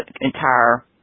entire